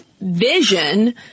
vision